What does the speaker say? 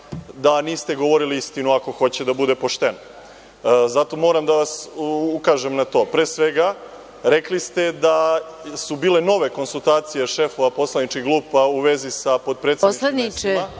da niste govorili istinu, ako hoće da bude pošteno. Zato moram da vam ukažem na to. Pre svega, rekli ste da su bile nove konsultacije šefova poslaničkih grupa u vezi sa potpredsednicima.